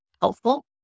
helpful